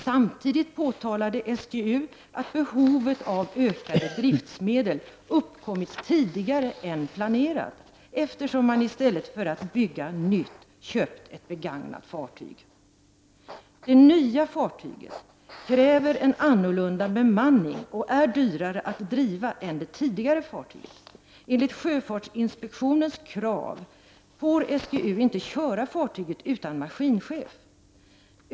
Samtidigt påtalade SGU att behovet av ökade driftsmedel uppkommit tidigare än planerat, eftersom man i stället för att bygga nytt köpt ett begagnat fartyg. Det nya fartyget kräver en annorlunda bemanning och är dyrare att driva än det tidigare fartyget. Enligt sjöfartsinspektionens krav får SGU inte köra fartyget utan maskinchef.